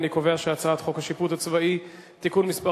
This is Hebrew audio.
את הצעת חוק השיפוט הצבאי (תיקון מס'